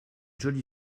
jolie